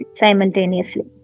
simultaneously